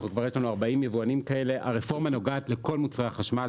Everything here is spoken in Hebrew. יש לנו כבר 40 יבואנים כאלה; הרפורמה נוגעת לכל מוצרי החשמל,